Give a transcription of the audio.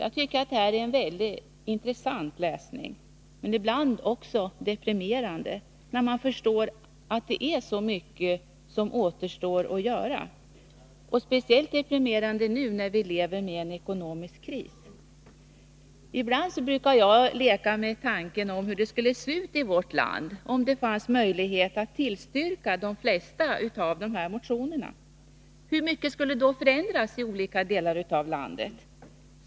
Det är en mycket intressant läsning men ibland också deprimerande, när man förstår att så mycket återstår att göra, speciellt nu när vi lever med en ekonomisk kris. Ibland brukar jag leka med tanken hur det skulle se uti vårt land, om det fanns möjlighet att bifalla de flesta av motionerna. Hur mycket skulle förändras i olika delar av landet?